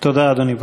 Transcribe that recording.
תודה, אדוני.